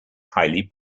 highly